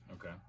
Okay